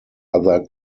other